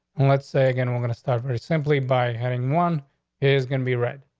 and let's say again, we're gonna start very simply by heading one is gonna be read.